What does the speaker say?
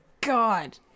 god